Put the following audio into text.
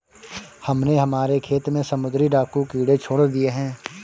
हमने हमारे खेत में समुद्री डाकू कीड़े छोड़ दिए हैं